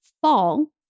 fall